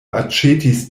aĉetis